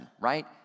right